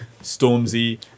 Stormzy